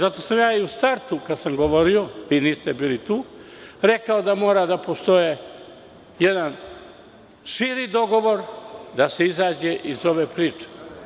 Zato sam ja u startu, kada sam govorio, vi niste bili tu, rekao da mora da postoji jedan širi dogovor, da se izađe iz ove priče.